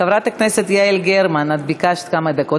חברת הכנסת יעל גרמן, ביקשת כמה דקות.